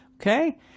Okay